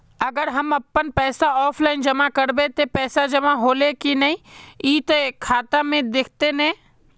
अगर हम अपन पैसा ऑफलाइन जमा करबे ते पैसा जमा होले की नय इ ते खाता में दिखते ने?